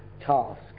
task